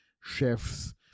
chefs